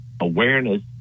awareness